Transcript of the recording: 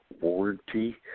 warranty